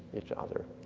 each other.